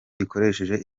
gikoresheje